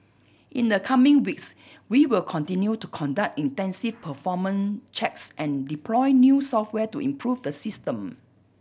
in the coming weeks we will continue to conduct intensive performance checks and deploy new software to improve the system